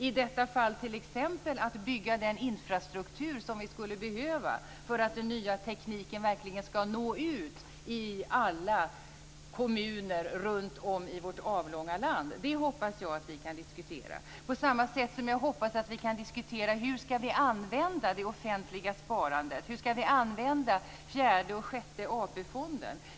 I detta fall handlar det t.ex. om att bygga den infrastruktur som vi skulle behöva för att den nya tekniken verkligen skall nå ut i alla kommuner runt om i vårt avlånga land. Det hoppas jag att vi kan diskutera. På samma sätt hoppas jag att vi kan diskutera hur vi skall använda det offentliga sparandet. Hur skall vi använda fjärde och sjätte AP-fonderna?